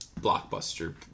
blockbuster